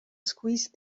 squeezed